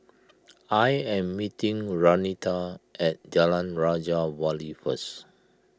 I am meeting Renita at Jalan Raja Wali first